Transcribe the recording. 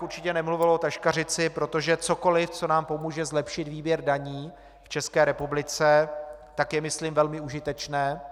Určitě bych nemluvil o taškařici, protože cokoliv, co nám pomůže zlepšit výběr daní v České republice, je myslím velmi užitečné.